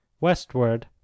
Westward